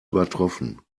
übertroffen